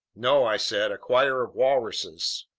no, i said, a choir of walruses.